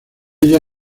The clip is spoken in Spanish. ella